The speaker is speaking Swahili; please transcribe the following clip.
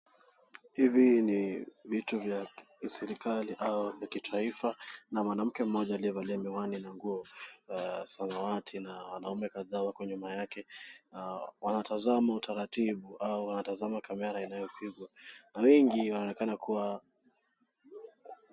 Hivi ni vitu vya kiserikali au vya kitaifa na mwanamke mmoja aliyevalia miwani na nguo za samawati na wanaume kadhaa wako nyuma yake. Wanatazama utaratibu au wanatazama kamera inayopigwa na wengi wanaonekana kuwa...